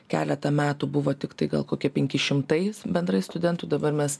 keletą metų buvo tiktai gal kokie penki šimtai bendrai studentų dabar mes